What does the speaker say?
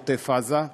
בעוטף עזה,